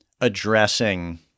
addressing